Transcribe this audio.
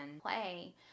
Play